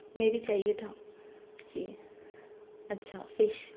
میری چاہیے تھا جی اچھا فش